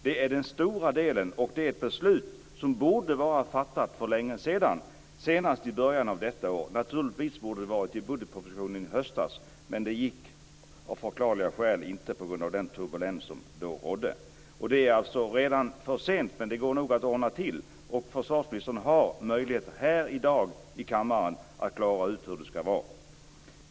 Det är den stora delen, och det beslutet borde ha fattats i början av detta år. Naturligtvis borde frågan ha funnits med i budgetpropositionen i höstas, men det gick av förklarliga skäl inte på grund av rådande turbulens. Det är redan för sent, men det går nog att ordna. Försvarsministern har möjlighet att i dag i kammaren klara ut hur det skall vara.